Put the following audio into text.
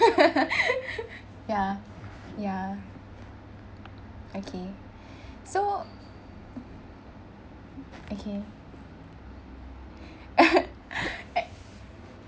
ya ya okay so okay I